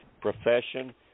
profession